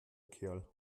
kerl